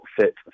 fit